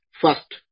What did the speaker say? first